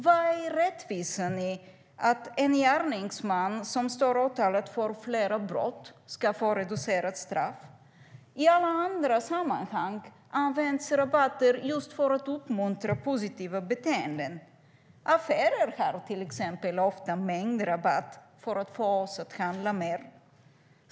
Vad är rättvisan i att en gärningsman som står åtalad för flera brott ska få reducerat straff? I alla andra sammanhang används rabatter för att uppmuntra positiva beteenden. Affärer har till exempel ofta mängdrabatt för att få oss att handla mer.